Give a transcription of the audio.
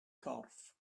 corff